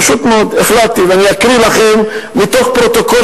ופשוט מאוד החלטתי להקריא לכם מתוך פרוטוקול